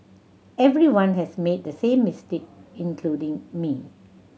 everyone has made the same mistake including me